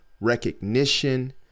recognition